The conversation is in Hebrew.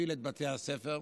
מפעיל את בתי הספר,